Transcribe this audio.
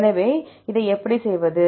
எனவே இதை எப்படி செய்வது